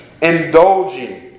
indulging